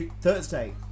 Thursday